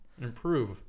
improve